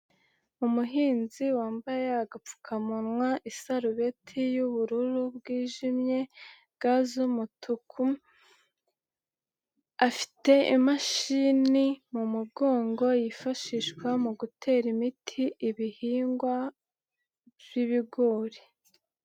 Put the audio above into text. Umuhinzi wambaye agapfukamunwa isarubeti y'ubururu bwijimye, ga z'umutuku, afite imashini mu mugongo yifashishwa mu gutera imiti ibihingwa by'ibigori.